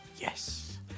yes